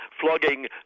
flogging